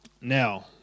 Now